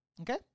Okay